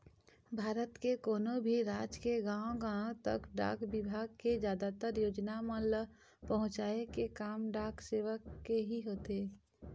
भारत के कोनो भी राज के गाँव गाँव तक डाक बिभाग के जादातर योजना मन ल पहुँचाय के काम डाक सेवक के ही होथे